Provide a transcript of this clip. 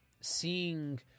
seeing